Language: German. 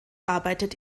arbeitet